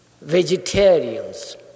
vegetarians